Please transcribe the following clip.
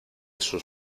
sus